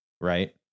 right